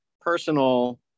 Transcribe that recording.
personal